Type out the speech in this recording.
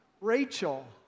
Rachel